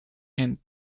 and